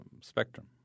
spectrum